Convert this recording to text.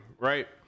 right